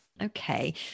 Okay